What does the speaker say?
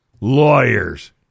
Lawyers